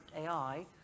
AI